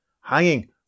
hanging